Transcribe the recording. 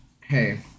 hey